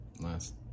Last